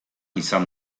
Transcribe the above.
izan